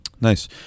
Nice